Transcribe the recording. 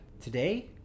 Today